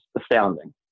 astounding